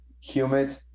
Humid